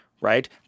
right